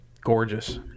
gorgeous